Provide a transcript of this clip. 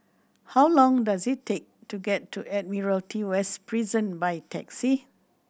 how long does it take to get to Admiralty West Prison by taxi